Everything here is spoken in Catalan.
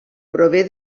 prové